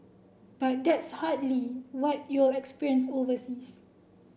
but that's hardly what you'll experience overseas